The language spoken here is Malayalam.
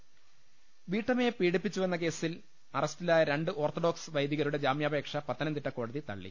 ലലലലലലലലലലലല വീട്ടമ്മയെ പീഡിപ്പിച്ചുവെന്ന കേസിൽ അറസ്റ്റിലായ രണ്ട് ഓർത്തഡോക്സ് വൈദികരുടെ ജാമ്യാപേക്ഷ പത്തനംതിട്ട കോടതി തളളി